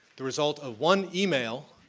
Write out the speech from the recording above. the result of one email,